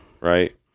Right